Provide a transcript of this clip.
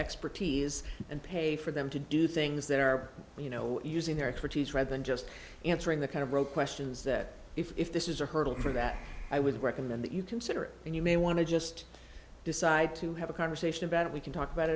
expertise and pay for them to do things that are you know using their expertise rather than just answering the kind of broke questions that if this is a hurdle for that i would recommend that you consider it and you may want to just decide to have a conversation about it we can talk about